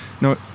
No